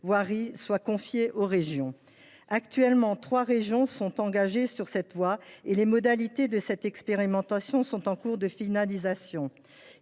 soit confié aux régions. Actuellement, trois régions se sont engagées dans cette voie et les modalités de l’expérimentation sont en cours de finalisation.